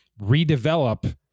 redevelop